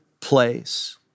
place